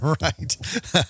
Right